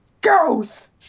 ghost